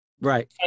Right